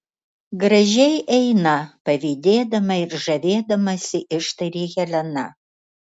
gražiai eina pavydėdama ir žavėdamasi ištarė helena